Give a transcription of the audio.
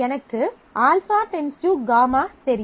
எனக்கு α→γ தெரியும்